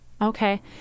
Okay